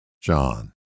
John